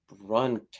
run